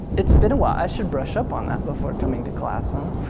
it's been awhile, i should brush up on that before coming to class. um